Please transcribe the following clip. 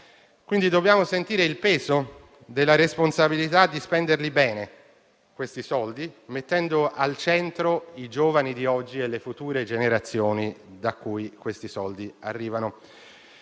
Dobbiamo quindi sentire il peso della responsabilità di spenderli bene, mettendo al centro i giovani di oggi e le future generazioni, da cui questi soldi arrivano.